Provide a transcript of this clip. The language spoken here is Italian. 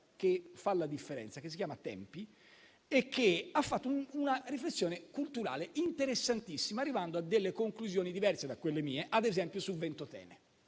che fa la differenza e che si chiama "Tempi", ha fatto una riflessione culturale interessantissima, arrivando a delle conclusioni diverse dalle mie, ad esempio su Ventotene.